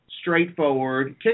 straightforward